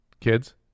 kids